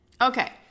Okay